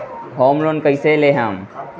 Home loan कैसे लेहम?